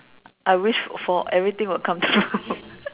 I wish for everything will come true